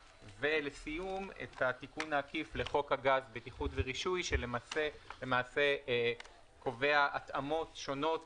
ולסיום התיקון העקיף לחוק הגז (בטיחות ורישוי) שלמעשה קובע התאמות שונות